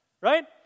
Right